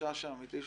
החשש האמיתי שלי,